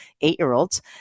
eight-year-olds